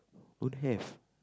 don't have